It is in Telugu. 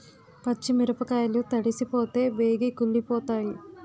పచ్చి మిరపకాయలు తడిసిపోతే బేగి కుళ్ళిపోతాయి